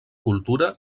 cultura